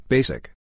Basic